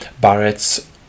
Barrett's